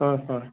হয় হয়